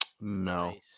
No